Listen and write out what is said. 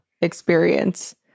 experience